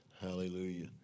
Hallelujah